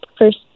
first